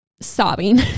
sobbing